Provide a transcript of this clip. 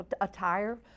attire